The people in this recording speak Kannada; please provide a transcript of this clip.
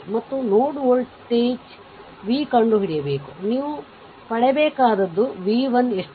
ಮತ್ತು ನೋಡ್ ವೋಲ್ಟ್ v ಕಂಡುಹಿಡಿಯಬೇಕು ನೀವು ಪಡೆಯಬೇಕಾದದ್ದು v 1 ಎಷ್ಟು